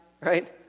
Right